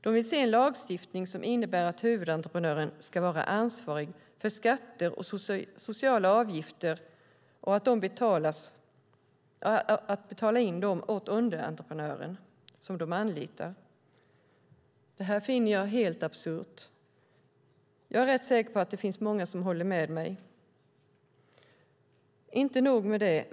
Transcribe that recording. De vill se en lagstiftning som innebär att huvudentreprenören ska vara ansvarig för att skatter och sociala avgifter betalas in av de underentreprenörer de anlitar. Det finner jag helt absurt. Jag är rätt säker på att många håller med mig.